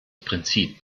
prinzip